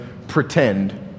Pretend